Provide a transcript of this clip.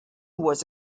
was